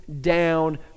down